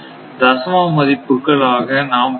தசம மதிப்புகள் ஆக நாம் 0